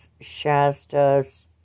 Shasta's